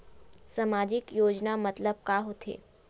सामजिक योजना मतलब का होथे?